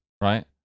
right